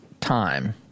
time